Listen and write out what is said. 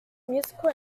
musical